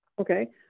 Okay